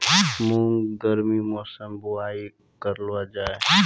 मूंग गर्मी मौसम बुवाई करलो जा?